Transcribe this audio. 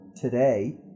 today